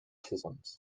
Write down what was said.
frustums